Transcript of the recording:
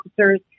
officers